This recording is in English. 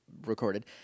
recorded